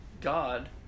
God